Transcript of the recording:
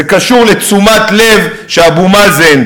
זה קשור לתשומת לב שאבו מאזן,